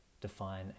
define